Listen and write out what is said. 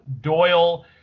doyle